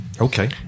Okay